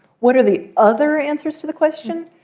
what are the other answers to the question?